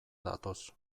datoz